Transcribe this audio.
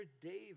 David